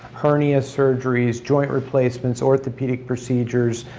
hernia surgeries, joint replacements, orthopedic procedures,